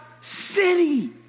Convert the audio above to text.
city